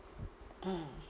mm